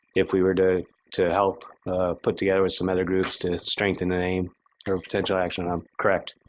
if we were to to help put together with some other groups to strengthen the name or potential action um correct.